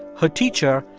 her teacher,